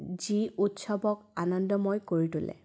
যি উৎসৱক আনন্দময় কৰি তোলে